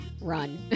run